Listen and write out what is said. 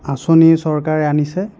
আঁচনি চৰকাৰে আনিছে